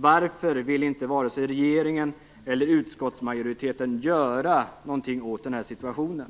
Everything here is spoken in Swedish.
Varför vill inte vare sig regeringen eller utskottsmajoriteten göra någonting åt situationen?